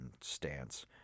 stance